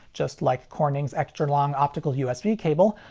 just like corning's extra long optical usb cable,